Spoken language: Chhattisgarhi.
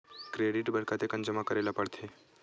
क्रेडिट बर कतेकन जमा करे ल पड़थे?